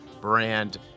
brand